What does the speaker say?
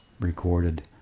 recorded